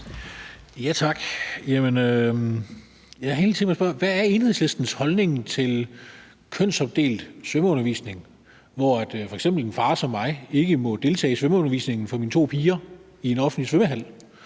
Tak. Jeg havde egentlig tænkt mig at spørge: Hvad er Enhedslistens holdning til kønsopdelt svømmeundervisning, hvor f.eks. en far som mig ikke må deltage i svømmeundervisningen for mine to piger i en offentlig svømmehal?